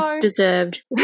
deserved